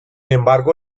embargo